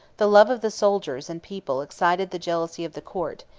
the love of the soldiers and people excited the jealousy of the court,